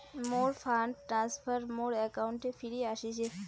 মোর fund transfer মোর অ্যাকাউন্টে ফিরি আশিসে